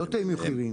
לא לתאם מחירים.